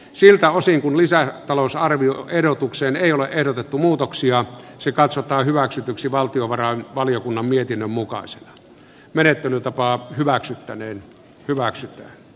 siltä osin kuin lisätalousarvioehdotukseen ei ole ehdotettu muutoksia se katsotaan hyväksytyksi valtiovarainvaliokunnan mietinnön mukaisena menettelytapaa hyväksyttäneen hyväksyä